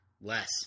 less